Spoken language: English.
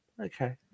okay